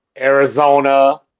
Arizona